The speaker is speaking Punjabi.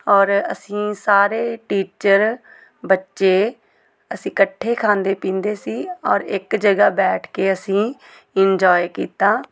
ਔਰ ਅਸੀਂ ਸਾਰੇ ਟੀਚਰ ਬੱਚੇ ਅਸੀਂ ਇਕੱਠੇ ਖਾਂਦੇ ਪੀਂਦੇ ਸੀ ਔਰ ਇੱਕ ਜਗ੍ਹਾ ਬੈਠ ਕੇ ਅਸੀਂ ਇੰਜੋਏ ਕੀਤਾ